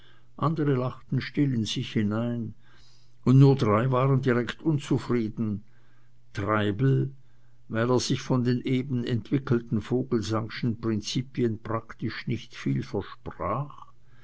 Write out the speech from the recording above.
andere lachten still in sich hinein und nur drei waren direkt unzufrieden treibel weil er sich von den eben entwickelten vogelsangschen prinzipien praktisch nicht viel versprach